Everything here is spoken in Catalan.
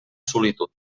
solitud